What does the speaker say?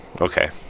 okay